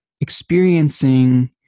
experiencing